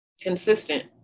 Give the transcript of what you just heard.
consistent